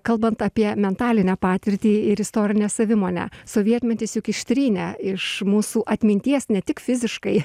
kalbant apie mentalinę patirtį ir istorinę savimonę sovietmetis juk ištrynė iš mūsų atminties ne tik fiziškai